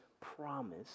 promise